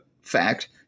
fact